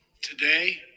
Today